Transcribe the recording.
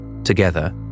Together